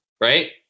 right